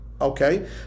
Okay